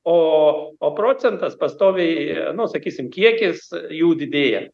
o o procentas pastoviai nu sakysim kiekis jų didėja